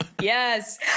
yes